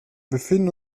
befinden